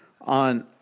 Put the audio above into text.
on